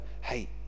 hey